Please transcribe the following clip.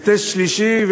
לטסט שלישי,